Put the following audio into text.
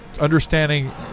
understanding